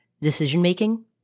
decision-making